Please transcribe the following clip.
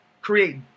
create